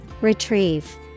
retrieve